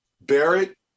Barrett